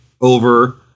over